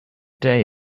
day